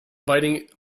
biting